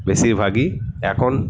বেশিরভাগই এখন